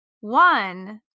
One